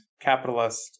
capitalist